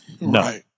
No